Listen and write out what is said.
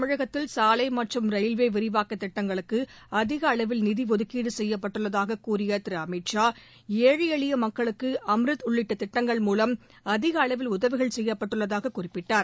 தமிழகத்தில் சாலை மற்றும் ரயில்வே விரிவாக்க திட்டங்களுக்கு அதிக அளவில் நிதி ஒதுக்கீடு செய்யப்பட்டுள்ளதாக கூறிய திரு அமித் ஷா ஏழை எளிய மக்களுக்கு அம்ருத் உள்ளிட்ட திட்டங்கள் மூலம் அதிக அளவில் உதவிகள் செய்யப்பட்டுள்ளதாக குறிப்பிட்டார்